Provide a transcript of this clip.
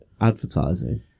advertising